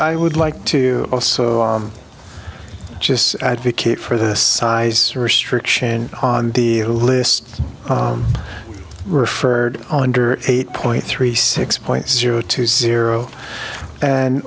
i would like to also just advocate for this size restriction on the list referred under eight point three six point zero two zero and